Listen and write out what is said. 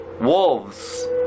wolves